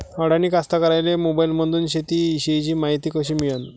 अडानी कास्तकाराइले मोबाईलमंदून शेती इषयीची मायती कशी मिळन?